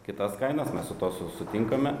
kitas kainas mes su tuo s sutinkame